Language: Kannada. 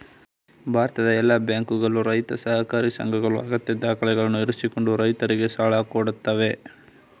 ಭಾರತದ ಎಲ್ಲಾ ಬ್ಯಾಂಕುಗಳು, ರೈತ ಸಹಕಾರಿ ಸಂಘಗಳು ಅಗತ್ಯ ದಾಖಲೆಗಳನ್ನು ಇರಿಸಿಕೊಂಡು ರೈತರಿಗೆ ಸಾಲ ಕೊಡತ್ತವೆ